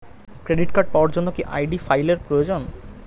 Credit card পাওয়ার জন্য কি আই.ডি ফাইল এর প্রয়োজন?